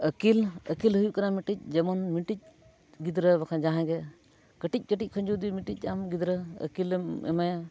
ᱟᱹᱠᱤᱞ ᱟᱹᱠᱤᱞ ᱦᱩᱭᱩᱜ ᱠᱟᱱᱟ ᱢᱤᱫᱴᱤᱡ ᱡᱮᱢᱚᱱ ᱢᱤᱫᱴᱤᱡ ᱜᱤᱫᱽᱨᱟᱹ ᱵᱟᱠᱷᱟᱱ ᱡᱟᱦᱟᱸᱭ ᱜᱮ ᱠᱟᱹᱴᱤᱡ ᱠᱟᱹᱴᱤᱡ ᱠᱷᱚᱱ ᱡᱩᱫᱤ ᱢᱤᱫᱴᱤᱡ ᱟᱢ ᱜᱤᱫᱽᱨᱟᱹ ᱟᱹᱠᱤᱞᱮᱢ ᱮᱢᱟᱭᱟ